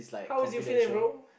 how is you feeling bro